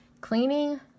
Cleaning